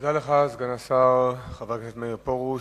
תודה לך, סגן השר חבר הכנסת מאיר פרוש.